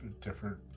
different